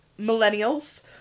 millennials